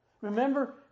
Remember